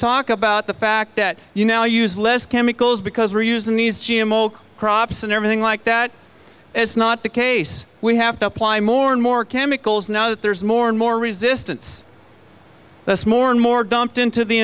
talk about the fact that you now use less chemicals because we're using these g m o crops and everything like that it's not the case we have to apply more and more chemicals know that there's more and more resistance that's more and more dumped into the